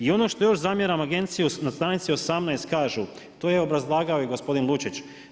I ono što još zamjeram agenciji na stranici 18. kažu, to je obrazlagao i gospodin Lučić.